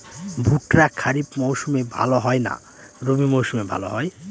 ভুট্টা খরিফ মৌসুমে ভাল হয় না রবি মৌসুমে ভাল হয়?